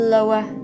Lower